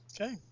Okay